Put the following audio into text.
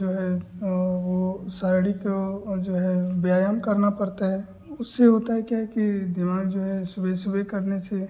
जो है वह साड़ी को जो है व्यायाम करना पड़ता है उससे होता है क्या कि दिमाग़ जो है सुबह सुबह करने से